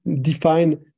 define